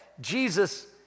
Jesus